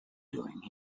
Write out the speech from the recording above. doing